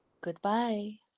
Goodbye